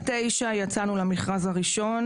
יצאנו למכרז הראשון.